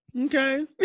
Okay